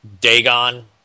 Dagon